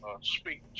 speak